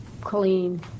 clean